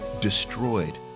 destroyed